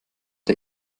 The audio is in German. der